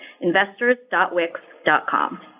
investors.wix.com